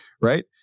right